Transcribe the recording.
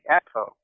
echo